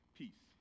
peace